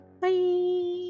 Bye